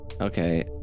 okay